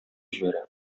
җибәрә